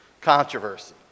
controversy